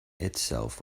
itself